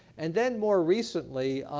and then more recently,